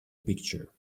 picture